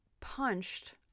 punched